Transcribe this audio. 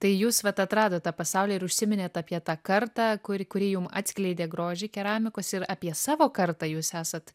tai jūs vat atradot tą pasaulį ir užsiminėt apie tą kartą kuri kuri jum atskleidė grožį keramikos ir apie savo kartą jūs esat